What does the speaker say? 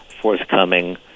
forthcoming